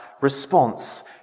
response